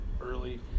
early